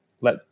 let